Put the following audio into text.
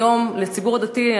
היום לציבור הדתי,